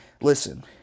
Listen